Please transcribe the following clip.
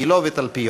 גילה ותלפיות.